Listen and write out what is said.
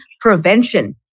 prevention